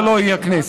הלוא היא הכנסת.